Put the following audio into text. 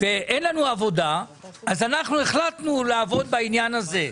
אין לנו עבודה, אז אנחנו החלטנו לעבוד בעניין הזה.